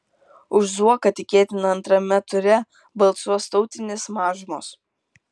už zuoką tikėtina antrame ture balsuos tautinės mažumos